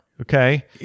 Okay